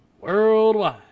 worldwide